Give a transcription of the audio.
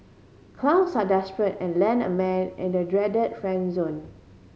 clowns are desperate and land a man in the dread friend zone